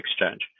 exchange